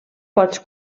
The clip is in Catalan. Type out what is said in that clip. pots